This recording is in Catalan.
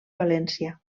valència